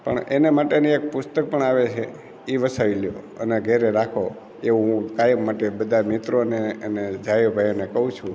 પણ એને માટેની એક પુસ્તક પણ આવે છે એ વસાવી લ્યો અને ઘરે રાખો એવું હું કાયમ માટે બધા મિત્રોને અને ઝાયો ભાઈઓને કહું છું